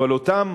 אבל אותן